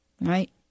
Right